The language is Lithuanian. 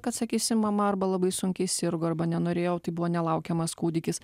kad sakysim mama arba labai sunkiai sirgo arba nenorėjau tai buvo nelaukiamas kūdikis